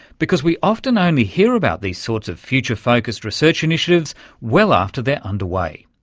because we often only hear about these sorts of future-focussed research initiatives well after they're underway.